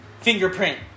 Fingerprint